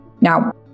Now